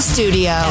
Studio